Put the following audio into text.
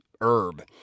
herb